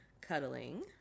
cuddling